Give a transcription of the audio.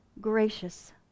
gracious